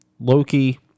Loki